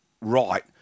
right